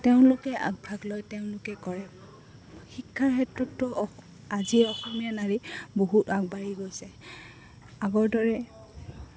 তেওঁলোকে আগভাগ লয় তেওঁলোকে কৰে শিক্ষাৰ ক্ষেত্ৰতো আজি অসমীয়া নাৰী বহুত আগবাঢ়ি গৈছে আগৰ দৰে